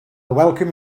welcome